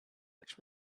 which